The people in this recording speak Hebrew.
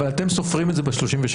אבל אתם סופרים את זה ב-37,000?